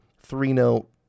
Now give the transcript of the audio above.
three-note